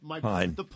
Fine